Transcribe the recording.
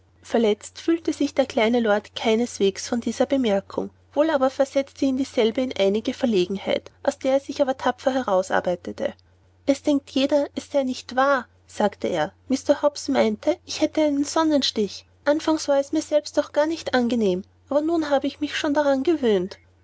verletzt fühlte sich der kleine lord keineswegs von dieser bemerkung wohl aber versetzte ihn dieselbe in einige verlegenheit aus der er sich aber tapfer herausarbeitete es denkt jeder es sei nicht wahr sagte er mr hobbs meinte ich hatte einen sonnenstich anfangs war es mir selbst auch gar nicht angenehm aber nun habe ich mich schon daran gewöhnt